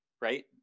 right